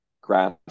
grass